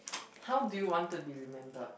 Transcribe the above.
how do you want to be remembered